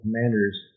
commanders